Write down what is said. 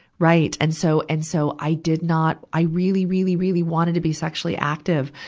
right. and so, and so i did not, i really, really, really wanted to be sexually active,